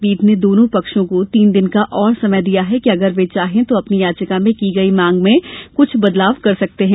पीठ ने दोनों पक्षों को तीन दिन का और समय दिया है कि अगर वे चाहें तो अपनी याचिका में की गयी मांग में कुछ बदलाव कर सकते हैं